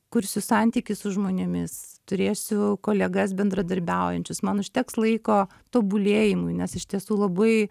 kursiu santykį su žmonėmis turėsiu kolegas bendradarbiaujančius man užteks laiko tobulėjimui nes iš tiesų labai